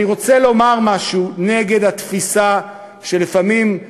אני רוצה לומר משהו נגד התפיסה שליברמן